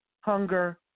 hunger